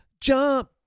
jump